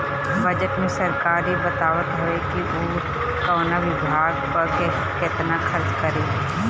budget में सरकार इ बतावत हवे कि उ कवना विभाग पअ केतना खर्चा करी